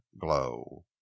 glow